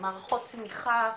מערכות תמיכה,